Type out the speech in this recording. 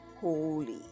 holy